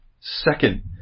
Second